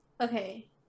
Okay